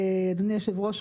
אדוני יושב הראש,